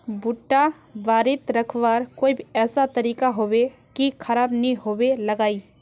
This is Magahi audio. भुट्टा बारित रखवार कोई ऐसा तरीका होबे की खराब नि होबे लगाई?